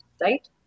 right